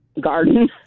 garden